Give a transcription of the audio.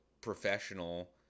professional